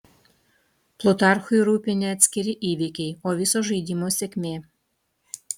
plutarchui rūpi ne atskiri įvykiai o viso žaidimo sėkmė